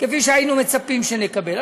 כפי שהיינו מצפים שנקבל.